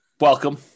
Welcome